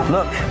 Look